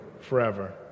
forever